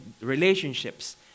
relationships